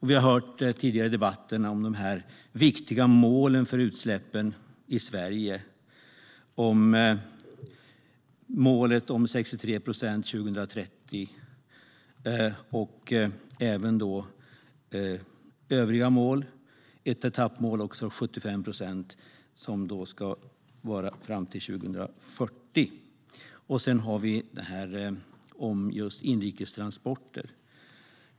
Vi har tidigare i debatten hört om de viktiga målen för utsläppen i Sverige: År 2030 ska de vara 63 procent lägre än 1990, och etappmålet för 2040 ska vara minst 75 procent lägre utsläpp jämfört med 1990. Sedan har vi målet om inrikes transporter.